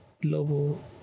Global